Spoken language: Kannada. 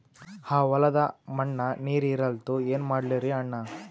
ಆ ಹೊಲದ ಮಣ್ಣ ನೀರ್ ಹೀರಲ್ತು, ಏನ ಮಾಡಲಿರಿ ಅಣ್ಣಾ?